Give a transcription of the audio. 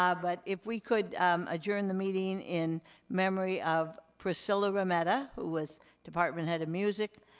ah but, if we could adjourn the meeting in memory of priscilla rometta, who was department head of music,